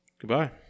Goodbye